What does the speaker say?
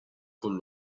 con